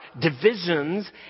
divisions